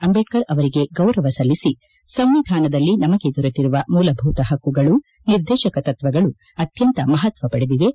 ಅಂಬೇಡ್ಕರ್ ಅವರಿಗೆ ಗೌರವ ಸಲ್ಲಿಸಿ ಸಂವಿಧಾನದಲ್ಲಿ ನಮಗೆ ದೊರೆತಿರುವ ಮೂಲಭೂತ ಹಕ್ಕುಗಳು ನಿರ್ದೇಶಕ ತತ್ವಗಳು ಅತ್ಯಂತ ಮಹತ್ವ ಪಡೆದಿವೆ